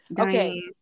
Okay